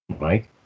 Mike